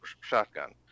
shotgun